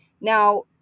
Now